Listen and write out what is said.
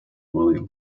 william